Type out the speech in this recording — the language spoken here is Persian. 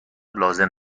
لازم